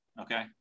Okay